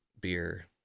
beer